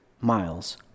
miles